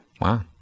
Wow